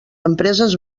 empreses